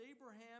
Abraham